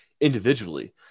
individually